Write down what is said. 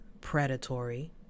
predatory